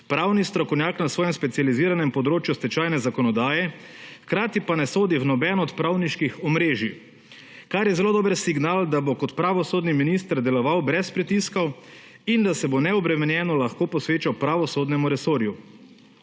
pravni strokovnjak na svojem specializiranem področju stečajne zakonodaje hkrati pa ne sodi v nobeno od pravniških omrežij, kar je zelo dober signal, da bo kot pravosodni minister deloval brez pritiskov in da se bo neobremenjeno lahko posvečal pravosodnemu resorju.